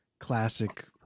classic